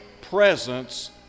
presence